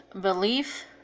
belief